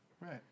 Right